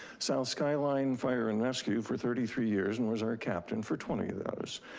south skyline fire and rescue for thirty three years, and was their ah captain for twenty of those.